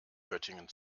göttingen